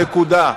נקודה.